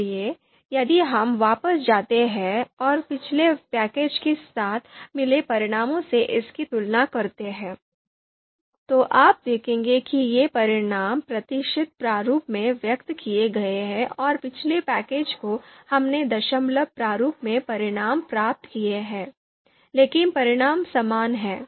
इसलिए यदि हम वापस जाते हैं और पिछले पैकेज के साथ मिले परिणामों से इसकी तुलना करते हैं तो आप देखेंगे कि ये परिणाम प्रतिशत प्रारूप में व्यक्त किए गए हैं और पिछले पैकेज को हमने दशमलव प्रारूप में परिणाम प्राप्त किए हैं लेकिन परिणाम समान हैं